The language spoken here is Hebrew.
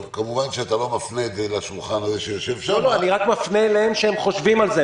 אני רק מפנה אליהם שהם חושבים על זה.